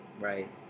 Right